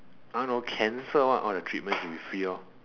I don't know cancer all the treatments should be free lor